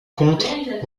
contre